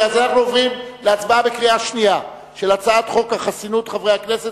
אנחנו עוברים להצבעה בקריאה שנייה על הצעת חוק חסינות חברי הכנסת,